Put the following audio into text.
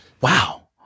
Wow